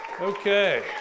Okay